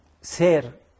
ser